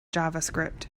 javascript